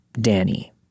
Danny